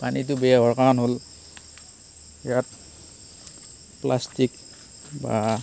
পানীটো বেয়া হোৱাৰ কাৰণ হ'ল ইয়াত প্লাষ্টিক বা